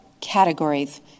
categories